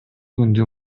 күндү